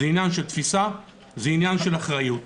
זה עניין של תפיסה, זה עניין של אחריות,